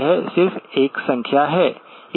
यह सिर्फ एक संख्या है